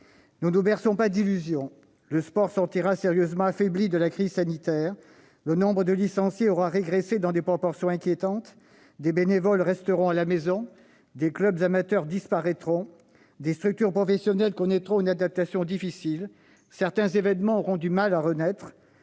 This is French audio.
Ne nous berçons pas d'illusions, le sport sortira sérieusement affaibli de la crise sanitaire : le nombre de licenciés aura régressé dans des proportions inquiétantes ; des bénévoles resteront à la maison ; des clubs amateurs disparaîtront ; des structures professionnelles connaîtront une adaptation difficile ; certains événements auront du mal à renaître.